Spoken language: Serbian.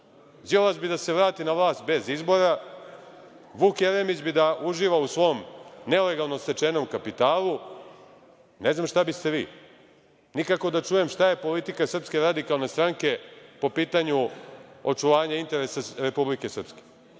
nudiš? Đilas bi da se vrati na vlast bez izbora, Vuk Jeremić bi da uživa u svom nelegalno stečenom kapitalu. Ne znam šta biste vi. Nikako da čujem šta je politika SRS po pitanju očuvanja interesa Republike Srpske,